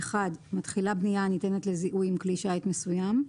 מתחילה בנייה הניתנת לזיהוי עם כלי שיט מסוים,